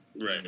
Right